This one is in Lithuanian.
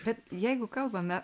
bet jeigu kalbame